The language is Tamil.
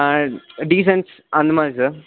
ஆ டீசன்ஸ் அந்த மாதிரி சார்